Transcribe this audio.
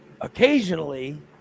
occasionally